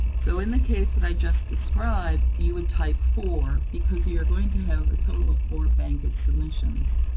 so in the case that i just described, you would type four, because you are going to have a total of four bankit submissions.